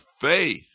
faith